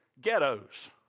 ghettos